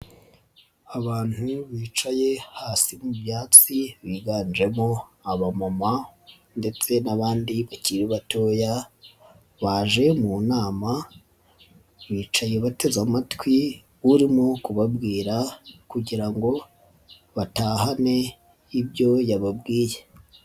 Abantu bicaye hasi mu byatsi biganjemo abamama ndetse n'abandi bakiri batoya baje mu nama bicaye bateze amatwi urimo kubabwira kugira ngo batahane ibyo yababwiye.